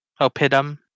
opidum